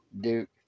Duke